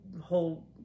whole